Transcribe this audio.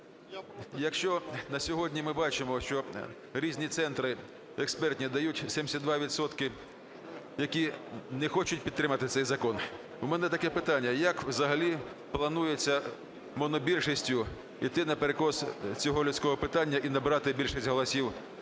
Якщо на сьогодні ми бачимо, що різні центри експертні дають 72 відсотки, які не хочуть підтримати цей закон, у мене таке питання: як взагалі планується монобільшістю іти на перекос цього людського питання і набрати більшість голосів